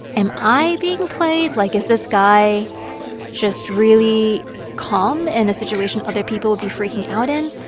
am i being played? like, is this guy just really calm in a situation other people would be freaking out in?